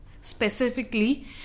specifically